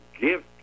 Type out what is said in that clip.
gift